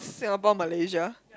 Singapore malaysia